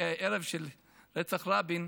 בערב של רצח רבין,